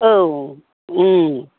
औ उम